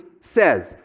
says